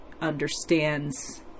understands